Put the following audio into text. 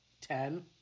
Ten